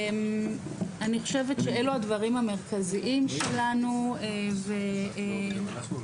אני חושבת שאלו הדברים המרכזיים שלנו ויש